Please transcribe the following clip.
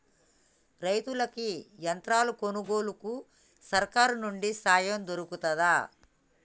రైతులకి యంత్రాలు కొనుగోలుకు సర్కారు నుండి సాయం దొరుకుతదా?